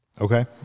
Okay